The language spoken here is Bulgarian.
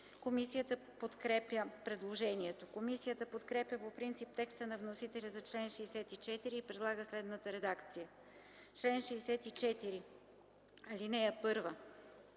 Комисията подкрепя предложението. Комисията подкрепя по принцип текста на вносителя и предлага следната редакция за § 32, който